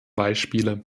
beispiele